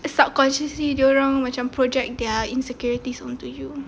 subconsciously dorang macam project their insecurities on to you